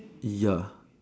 ya